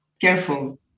Careful